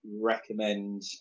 recommend